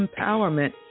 empowerment